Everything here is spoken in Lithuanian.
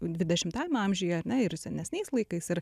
dvidešimtam amžiuje ar ne ir senesniais laikais ir